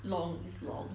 long long